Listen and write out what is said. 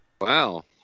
wow